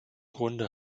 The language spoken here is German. grunde